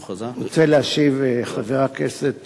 אני רוצה להשיב לחבר הכנסת